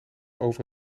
over